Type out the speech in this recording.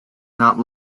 not